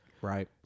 Right